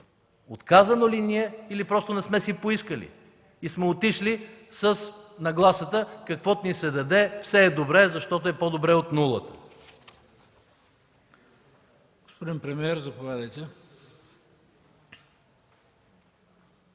Отказано ли ни е, или просто не сме си поискали и сме отишли с нагласата – каквото ни се даде, все е добре, защото е по-добре от нулата?!